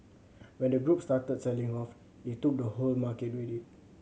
when the group started selling off it took the whole market with it